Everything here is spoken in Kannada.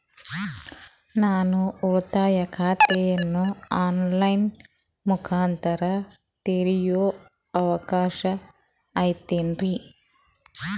ನಾನು ಉಳಿತಾಯ ಖಾತೆಯನ್ನು ಆನ್ ಲೈನ್ ಮುಖಾಂತರ ತೆರಿಯೋ ಅವಕಾಶ ಐತೇನ್ರಿ?